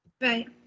Right